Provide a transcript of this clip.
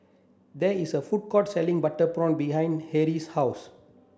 there is a food court selling butter prawn behind Harlie's house